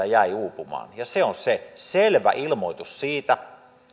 jäi uupumaan ja se on se on selvä ilmoitus siitä